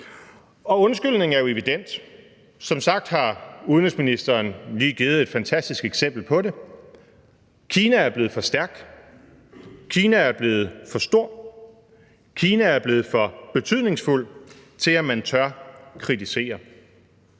Undskyldningen er jo evident. Som sagt har udenrigsministeren lige givet et fantastisk eksempel på det. Kina er blevet for stærk, Kina er blevet for stor, Kina er blevet for betydningsfuld til, at man tør kritisere.